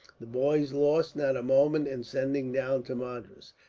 the boys lost not a moment in sending down to madras,